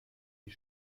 die